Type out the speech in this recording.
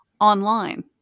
online